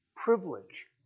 Privilege